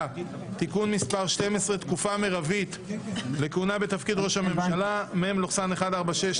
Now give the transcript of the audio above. (תיקון מס' 12) (תקופה מרבית לכהונה בתפקיד ראש הממשלה) (מ/1469),